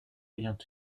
ayant